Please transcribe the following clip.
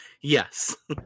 Yes